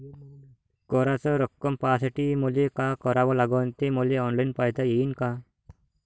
कराच रक्कम पाहासाठी मले का करावं लागन, ते मले ऑनलाईन पायता येईन का?